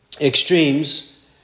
extremes